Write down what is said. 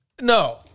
No